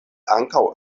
ankaŭ